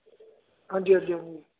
ਹਾਂਜੀ ਹਾਂਜੀ ਹਾਂਜੀ